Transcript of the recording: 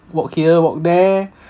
walk here walk there